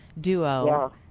duo